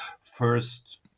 first